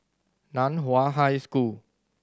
Nan Hua High School